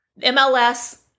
MLS